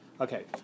okay